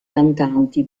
cantanti